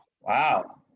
Wow